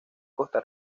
costa